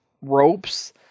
ropes